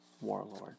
Warlord